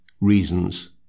reasons